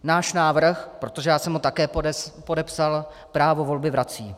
Náš návrh, protože já jsem ho také podepsal, právo volby vrací.